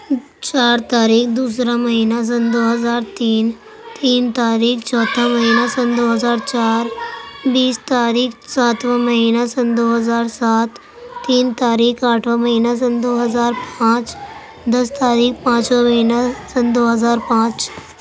چار تاریخ دوسرا مہینہ سن دو ہزار تین تین تاریخ چوتھا مہینہ سن دو ہزار چار بیس تاریخ ساتواں مہینہ سن دو ہزار سات تین تاریخ آٹھواں مہینہ سن دو ہزار پانچ دس تاریخ پانچواں مہینہ سن دو ہزار پانچ